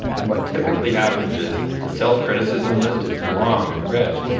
and what typically happens is the self-criticism list is long and rich,